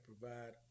provide